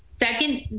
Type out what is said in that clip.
Second